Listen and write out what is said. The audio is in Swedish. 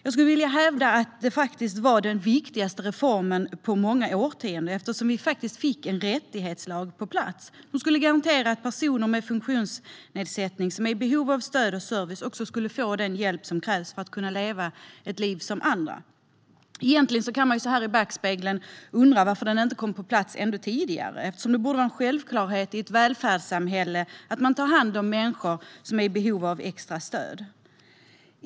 Jag skulle vilja hävda att det faktiskt var den viktigaste reformen på många årtionden. Vi fick en rättighetslag på plats som skulle garantera att personer med funktionsnedsättning, som är i behov av stöd och service, får den hjälp som krävs för att kunna leva ett liv som andra. Så här i backspegeln kan man ju undra varför den inte kom på plats ännu tidigare - det borde vara en självklarhet i ett välfärdssamhälle att man tar hand om människor som är i behov av extra stöd.